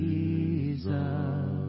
Jesus